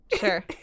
Sure